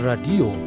Radio